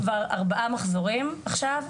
כבר ארבעה מחזורים עכשיו,